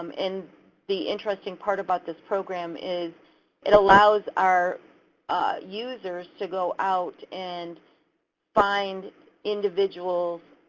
um and the interesting part about this program is it allows our users to go out and find individuals